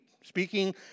speaking